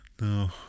No